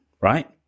right